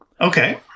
Okay